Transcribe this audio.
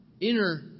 inner